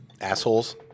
Assholes